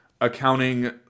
accounting